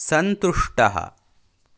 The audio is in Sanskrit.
सन्तुष्टः